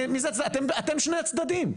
אתם שני הצדדים.